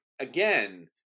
Again